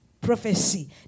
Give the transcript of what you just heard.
prophecy